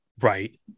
right